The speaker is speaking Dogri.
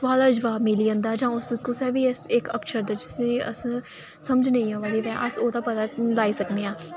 सुआल दा जबाब मिली जंदा ऐ जां उस कुसै बी अस असेंई समझ नेईं आवै ते अस ओह्दा पता लाई सकनें आं